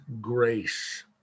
grace